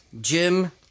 Jim